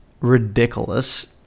ridiculous